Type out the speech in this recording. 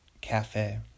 cafe